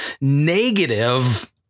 negative